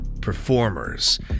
performers